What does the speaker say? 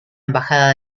embajada